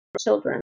children